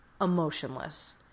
emotionless